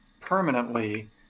permanently